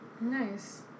Nice